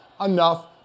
enough